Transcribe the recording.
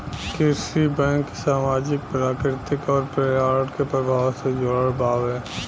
कृषि बैंक सामाजिक, प्राकृतिक अउर पर्यावरण के प्रभाव से जुड़ल बावे